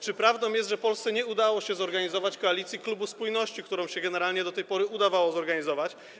Czy prawdą jest, że Polsce nie udało się zorganizować koalicji klubu spójności, którą się generalnie do tej pory udawało zorganizować?